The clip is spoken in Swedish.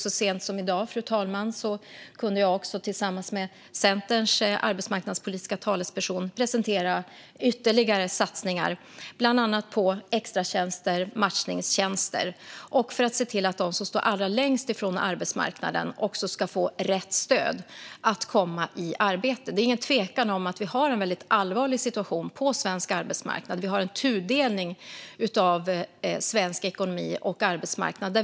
Så sent som i dag kunde jag tillsammans med Centerns arbetsmarknadspolitiska talesperson presentera ytterligare satsningar på bland annat extratjänster och matchningstjänster och för att se till att de som står allra längst från arbetsmarknaden ska få rätt stöd för att komma i arbete. Det är ingen tvekan om att vi har en väldigt allvarlig situation på svensk arbetsmarknad. Det finns en tudelning i svensk ekonomi och på svensk arbetsmarknad.